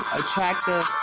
attractive